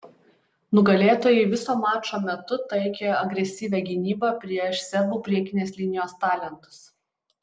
nugalėtojai viso mačo metu taikė agresyvią gynybą prieš serbų priekinės linijos talentus